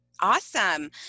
Awesome